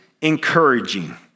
encouraging